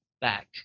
back